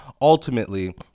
ultimately